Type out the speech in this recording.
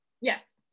yes